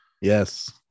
Yes